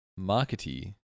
markety